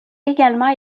également